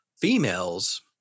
females